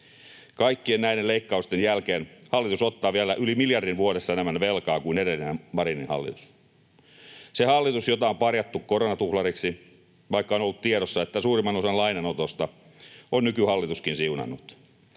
Kaikkien näiden leikkausten jälkeen hallitus ottaa vielä yli miljardin vuodessa enemmän velkaa kuin edellinen, Marinin hallitus. Se hallitus, jota on parjattu koronatuhlariksi, vaikka on ollut tiedossa, että suurimman osan lainanotosta on nykyhallituskin siunannut.